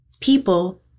people